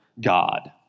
God